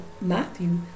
Matthew